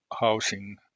housing